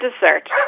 dessert